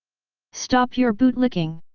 stop your bootlicking!